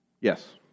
Yes